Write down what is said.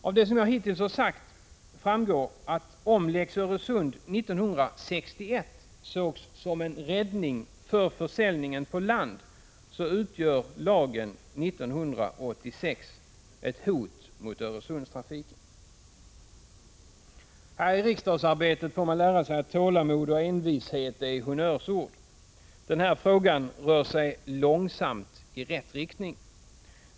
Av det som jag hittills har sagt framgår, att om Lex Öresund 1961 sågs som en räddning för försäljningen på land, utgör lagen 1986 ett hot mot Öresundstrafiken. I riksdagsarbetet får man lära sig att tålamod och envishet är honnörsord. Den här frågan rör sig långsamt i rätt riktning.